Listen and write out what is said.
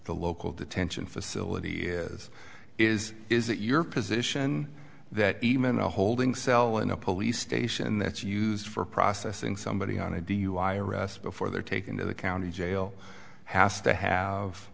the local detention facility is is is that your vission that even a holding cell in a police station that's used for processing somebody on a dui arrest before they're taken to the county jail has to have